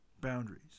boundaries